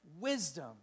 wisdom